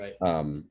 Right